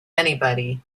anybody